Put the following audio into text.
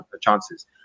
chances